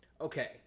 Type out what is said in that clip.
Okay